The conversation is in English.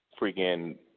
freaking